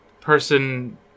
person